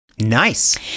Nice